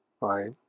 right